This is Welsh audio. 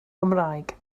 gymraeg